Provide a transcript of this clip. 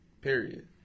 Period